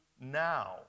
now